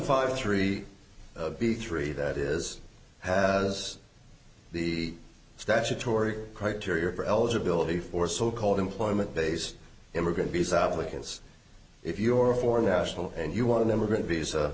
five three b three that is has the statutory criteria for eligibility for so called employment based immigrant visa applicants if you're a foreign national and you want an immigrant visa